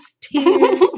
tears